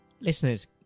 Listeners